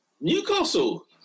Newcastle